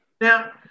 Now